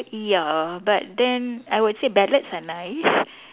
ya but then I would say ballads are nice